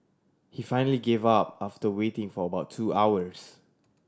he finally gave up after waiting for about two hours